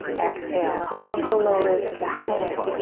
exhale hug the low ribs back and in.